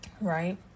Right